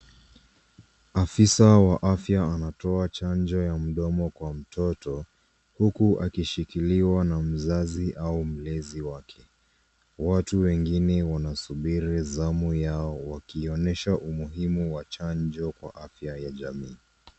Afisa wa afya anatoa chanjo ya mdomo kwa mtoto huku akishikiliwa na mzazi au mlezi wake. Watu wengine wanasubiri zamu yao wakionesha umuhimu wa chanjo kwa afya ya jamii.